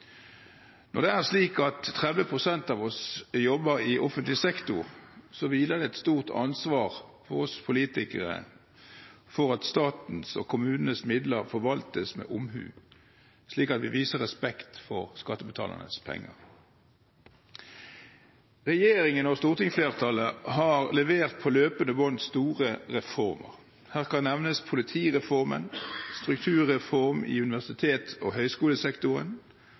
Når det er slik at 30 pst. av oss jobber i offentlig sektor, hviler det et stort ansvar på oss politikere for at statens og kommunenes midler forvaltes med omhu, slik at vi viser respekt for skattebetalernes penger. Regjeringen og stortingsflertallet har levert store reformer på løpende bånd. Her skal nevnes: politireformen, strukturreform i universitets- og høyskolesektoren,